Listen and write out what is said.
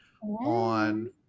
on